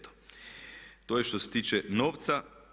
To je što se tiče novca.